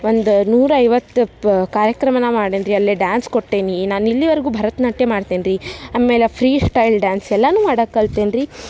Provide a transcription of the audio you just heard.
ಒಂದು ನೂರೈವತ್ತು ಪ ಕಾರ್ಯಕ್ರಮ ನಾ ಮಾಡೇನಿ ರಿ ಅಲ್ಲೇ ಡಾನ್ಸ್ ಕೊಟ್ಟೇನಿ ನಾನು ಇಲ್ಲಿವರೆಗೂ ಭರತನಾಟ್ಯ ಮಾಡ್ತೇನಿ ರಿ ಆಮೇಲೆ ಫ್ರೀಸ್ಟೈಲ್ ಡ್ಯಾನ್ಸ್ ಎಲ್ಲನೂ ಮಾಡಕ್ಕ ಕಲ್ತೇನಿ ರಿ